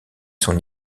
son